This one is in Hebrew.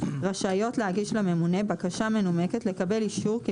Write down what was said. רשאיות להגיש לממונה בקשה מנומקת לקבל אישורים כי